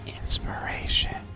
inspiration